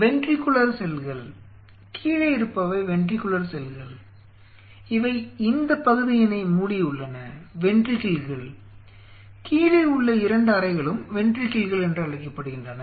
ventricular செல்கள் கீழே இருப்பவை வென்ட்ரிகுலர் செல்கள் இவை இந்த பகுதியினை மூடியுள்ளன வென்ட்ரிக்கில்கள் கீழே உள்ள இரண்டு அறைகளும் வென்ட்ரிக்கில்கள் என்று அழைக்கப்படுகின்றன